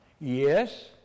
Yes